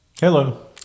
Hello